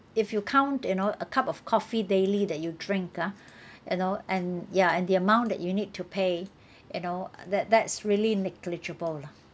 if you count you know a cup of coffee daily that you drink ah you know and ya and the amount that you need to pay you know that that's really negligible lah